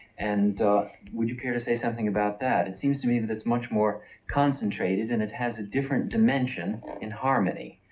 and would you care to say something about that? it seems to me that it's much more concentrated and it has a different dimension in harmony.